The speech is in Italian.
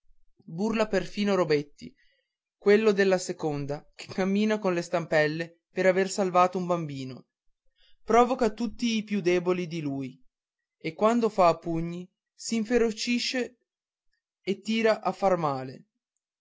burla perfino robetti quello della seconda che cammina con le stampelle per aver salvato un bambino provoca tutti i più deboli di lui e quando fa a pugni s'inferocisce e tira a far male